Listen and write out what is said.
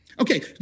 Okay